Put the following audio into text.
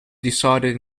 decided